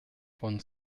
von